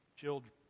children